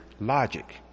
Logic